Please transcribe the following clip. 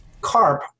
carp